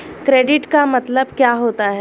Credit का मतलब क्या होता है?